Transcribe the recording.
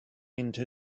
into